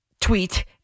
tweet